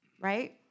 right